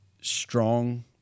strong